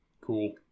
Cool